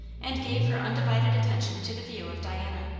and gave her undivided attention to the view of diana.